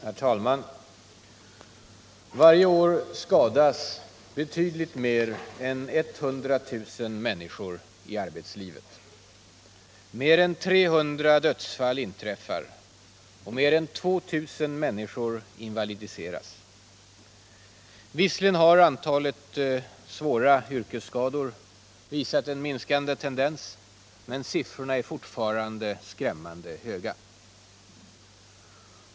Herr talman! Varje år skadas betydligt mer än 100 000 människor i arbetslivet. Mer än 300 dödsfall inträffar och mer än 2000 människor invalidiseras. Visserligen har antalet svåra yrkesskador visat en minskande tendens, men siffrorna är fortfarande skrämmande höga.